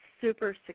super